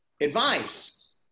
advice